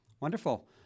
Wonderful